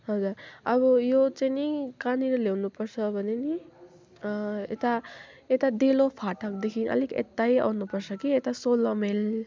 हजुर अब यो चाहिँ नि कहाँनिर ल्याउनुपर्छ भने नि यता यता डेलो फाटकदेखि अलिक यतै आउनुपर्छ कि यता सोह्र माइल